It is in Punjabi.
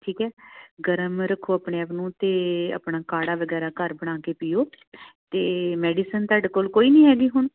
ਠੀਕ ਹੈ ਗਰਮ ਰੱਖੋ ਆਪਣੇ ਆਪ ਨੂੰ ਅਤੇ ਆਪਣਾ ਕਾੜ੍ਹਾ ਵਗੈਰਾ ਘਰ ਬਣਾ ਕੇ ਪੀਓ ਅਤੇ ਮੈਡੀਸਨ ਤੁਹਾਡੇ ਕੋਲ ਕੋਈ ਨਹੀਂ ਹੈਗੀ ਹੁਣ